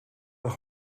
erg